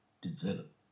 develop